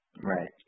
Right